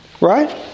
Right